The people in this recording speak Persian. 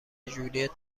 ژولیت